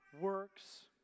works